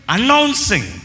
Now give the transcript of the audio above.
Announcing